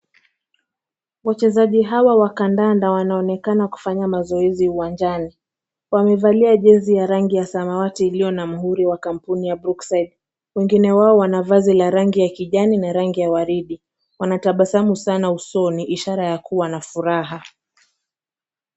Wachezaji hawa wa kandanda wanaonekana kufanya mazoezi uwanjani. Wamevalia jezi ya rangi ya samawati iliyo na muhuri wa kampuni ya Brookside. Wengine wao wana vazi la rangi ya kijani na rangi ya waridi. Wanatabasamu sana usoni, ishara ya kuwa na furaha.